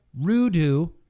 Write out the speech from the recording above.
Rudu